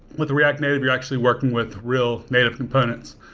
with react native, you're actually working with real native components.